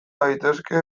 daitezke